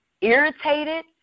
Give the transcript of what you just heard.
irritated